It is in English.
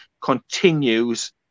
continues